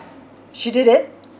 she did it